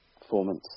performance